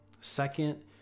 second